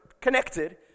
connected